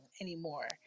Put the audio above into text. anymore